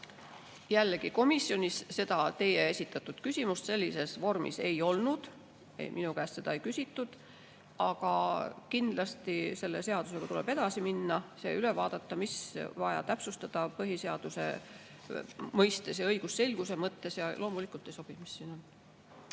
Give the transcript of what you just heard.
Jällegi, komisjonis seda teie esitatud küsimust sellises vormis ei [käsitletud]. Minu käest seda ei küsitud. Aga kindlasti selle seadusega tuleb edasi minna, see üle vaadata, mida on vaja täpsustada põhiseaduse mõistes ja õigusselguse mõttes. Ja loomulikult ei sobi. Jällegi,